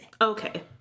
Okay